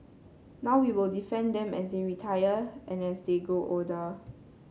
now we will defend them as they retire and as they grow older